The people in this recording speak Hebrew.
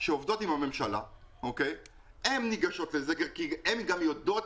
שעובדות עם הממשלה ניגשות לזה כי הן גם יודעות